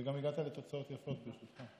וגם הגעת לתוצאות יפות, ברשותך.